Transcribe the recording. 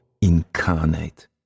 incarnate